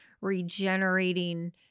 regenerating